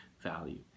value